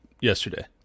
yesterday